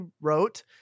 wrote